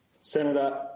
Senator